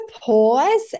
pause